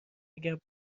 اگه